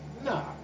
Nah